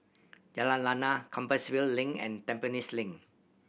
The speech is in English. Jalan Lana Compassvale Link and Tampines Link